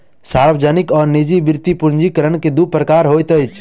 सार्वजनिक आ निजी वृति पूंजी के दू प्रकार होइत अछि